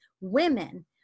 women